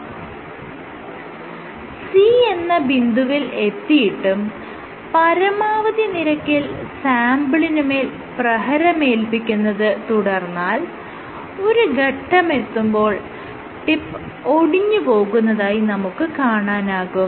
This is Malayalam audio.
C എന്ന ബിന്ദുവിൽ എത്തിയിട്ടും പരമാവധി നിരക്കിൽ സാംപിളിനുമേൽ പ്രഹരമേല്പിക്കുന്നത് തുടർന്നാൽ ഒരു ഘട്ടമെത്തുമ്പോൾ ടിപ്പ് ഒടിഞ്ഞുപോകുന്നതായി നമുക്ക് കാണാനാകും